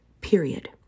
Period